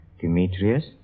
Demetrius